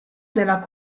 della